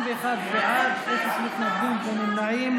31 בעד, אפס מתנגדים ונמנעים.